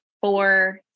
four